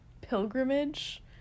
pilgrimage